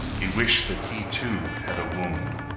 he wished that he, too, had a wound,